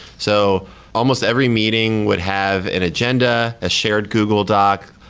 so almost every meeting would have an agenda, a shared google doc,